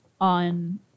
on